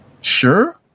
sure